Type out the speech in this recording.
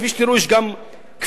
וכפי שתראו יש גם כפילויות,